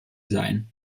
sein